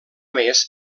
més